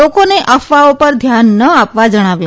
લોકોને અફવાઓ પર ધ્યાન ના આપવા જણાવ્યું